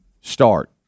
start